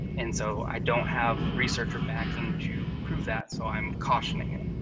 and so i don't have researcher backing to prove that, so i'm cautioning it.